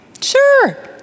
Sure